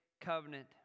covenant